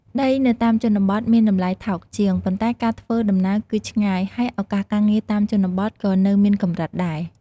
ដីនៅតាមជនបទមានតម្លៃថោកជាង ប៉ុន្តែការធ្វើដំណើរគឺឆ្ងាយ ហើយឱកាសការងារតាមជនបទក៏នៅមានកម្រិតដែរ។